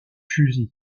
fusil